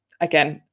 again